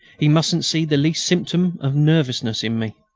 he mustn't see the least symptom of nervousness in me.